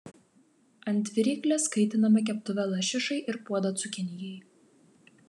ant viryklės kaitiname keptuvę lašišai ir puodą cukinijai